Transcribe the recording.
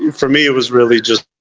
for me, it was really just.